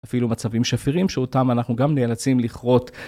אפילו מצבים שפירים שאותם אנחנו גם נאלצים לכרות.